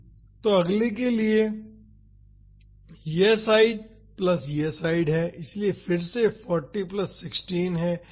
तो अगले के लिए यह साइड यह साइड प्लस यह साइड है इसलिए फिर से 40 प्लस 16 है